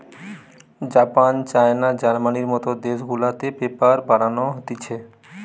Japan, China, জার্মানির মত দেশ গুলাতে পেপার বানানো হতিছে